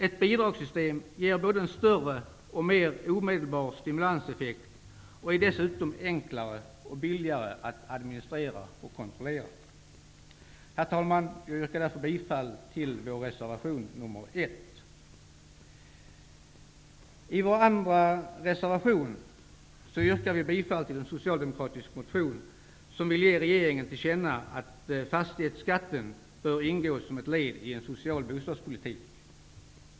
Ett bidragssystem ger både en större och mer omedelbar stimulanseffekt och är dessutom enklare och billigare att administrera och kontrollera. Herr talman! Jag yrkar därför bifall till reservation I vår andra reservation yrkar vi bifall till en socialdemokratisk motion som vill ge regeringen till känna att fastighetsskatten bör ingå som ett led i en social bostadspolitik.